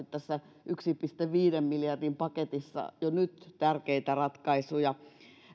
tässä yhden pilkku viiden miljardin paketissahan tulee jo nyt ihan merkittävästi tärkeitä ratkaisuja